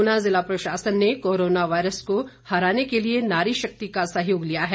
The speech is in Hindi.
ऊना जिला प्रशासन ने कोरोना वायरस को हराने के लिए नारी शक्ति का सहयोग लिया है